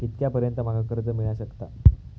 कितक्या पर्यंत माका कर्ज मिला शकता?